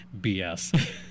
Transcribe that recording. BS